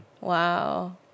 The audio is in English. Wow